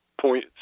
point